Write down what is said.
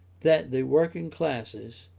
that the working classes,